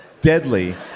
deadly